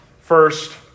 first